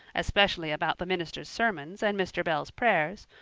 especially about the minister's sermons and mr. bell's prayers,